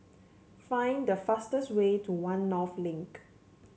find the fastest way to One North Link